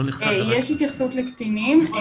יש התייחסות לקטינים.